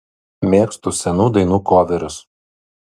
mėgstu senų dainų koverius